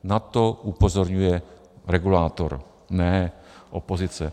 Na to upozorňuje regulátor, ne opozice.